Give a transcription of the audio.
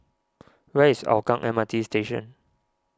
where is Hougang M R T Station